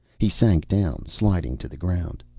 he sank down, sliding to the ground.